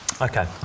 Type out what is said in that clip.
Okay